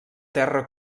terra